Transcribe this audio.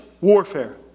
Warfare